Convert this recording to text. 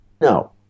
No